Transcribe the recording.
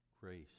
grace